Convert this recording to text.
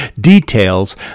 details